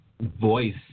voice